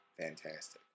fantastic